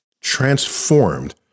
transformed